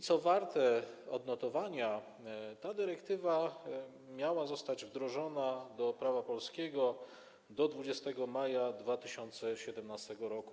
Co warte odnotowania, ta dyrektywa miała zostać wdrożona do prawa polskiego do 20 maja 2017 r.